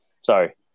Sorry